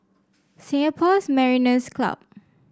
Singapore's Mariners' Club